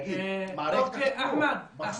תודה.